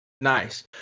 Nice